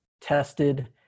tested